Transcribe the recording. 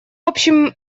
общем